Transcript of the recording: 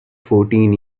fourteen